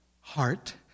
heart